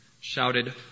shouted